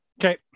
Okay